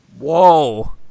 Whoa